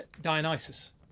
Dionysus